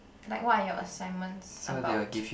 like what are your assignments about